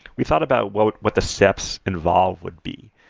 we thought about what what the steps involved would be.